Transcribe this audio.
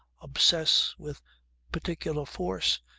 obsess with particular force,